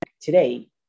today